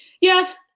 Yes